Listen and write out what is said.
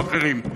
או אחרים.